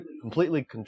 completely